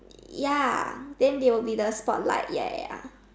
ya then they will be the spotlight ya ya ya